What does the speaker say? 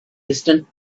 distant